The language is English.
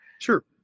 Sure